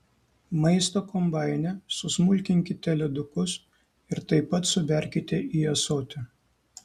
maisto kombaine susmulkinkite ledukus ir taip pat suberkite į ąsotį